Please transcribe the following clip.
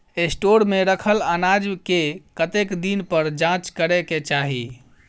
Store मे रखल अनाज केँ कतेक दिन पर जाँच करै केँ चाहि?